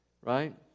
right